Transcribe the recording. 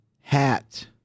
Hat